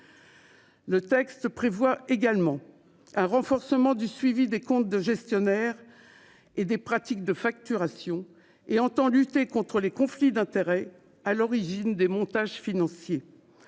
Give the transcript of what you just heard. Le texte prévoit également un renforcement du suivi des comptes de gestionnaires et des pratiques de facturation et entendu tu es contre les conflits d'intérêts. À l'origine des montages financiers.